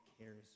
cares